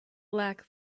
lack